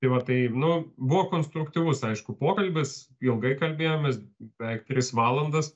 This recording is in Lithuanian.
tai va tai nu buvo konstruktyvus aišku pokalbis ilgai kalbėjomės beveik tris valandas